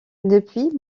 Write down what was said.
depuis